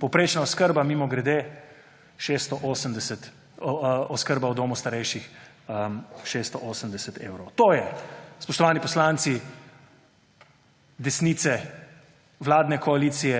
Povprečna oskrba, mimogrede, oskrba v domu starejših je 680 evrov. To je, spoštovani poslanci desnice, vladne koalicije